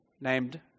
named